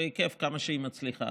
בהיקף שהיא מצליחה,